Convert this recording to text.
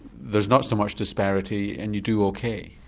there's not so much disparity and you do ok?